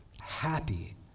happy